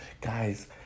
guys